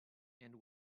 and